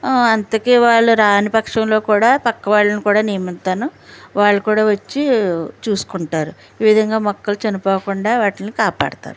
అందుకే వాళ్ళు రాని పక్షంలో కూడా పక్క వాళ్ళని కూడా నియమిస్తాను వాళ్ళు కూడా వచ్చి చూసుకుంటారు ఈ విధంగా మొక్కలు చనిపోకుండా వాటిని కాపాడుతారు